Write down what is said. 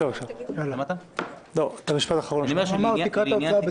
שני נושאים: הנושא הראשון הוא הנושא של תקרת ההוצאות.